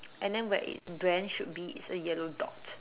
and then where it drenched should be it's a yellow dot